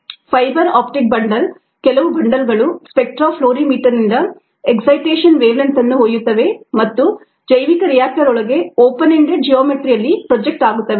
fibre optic bundle ಕೆಲವು ಬಂಡಲ್ಗಳು ಸ್ಪೆಕ್ಟ್ರಾ ಫ್ಲೋರಿಮೀಟರ್ನಿಂದ ಎಗ್ಗ್ಸಿಟೇಷನ್ ವೇವಲೆಂಥ್ ಅನ್ನು ಒಯ್ಯುತ್ತವೆ ಮತ್ತು ಜೈವಿಕ ರಿಯಾಕ್ಟರ್ ಒಳಗೆ ಓಪನ್ ಎಂಡೆಡ್ ಜಿಯೋಮೆಟ್ರಿ ಯಲ್ಲಿ ಪ್ರೊಜೆಕ್ಟ್ ಆಗುತ್ತವೆ